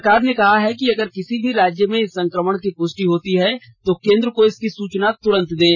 सरकार ने कहा है कि अगर किसी भी राज्य में इस संकमण की पुष्टि होती है तो केंद्र को इसकी सूचना तुरंत दें